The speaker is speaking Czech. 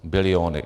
Biliony.